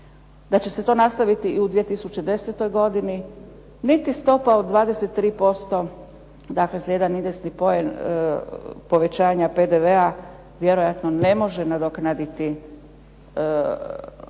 da će se to nastaviti i u 2010. godini, niti stopa od 23% dakle jedan indeksni poen povećanja PDV-a vjerojatno ne može nadoknaditi